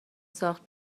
ساخت